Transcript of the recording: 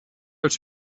als